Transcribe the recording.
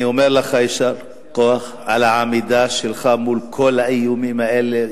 אני אומר לך יישר כוח על העמידה שלך מול כל האיומים האלה,